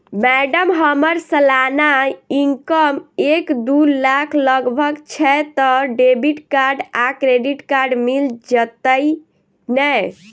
Madam हम्मर सलाना income एक दु लाख लगभग छैय तऽ डेबिट कार्ड आ क्रेडिट कार्ड मिल जतैई नै?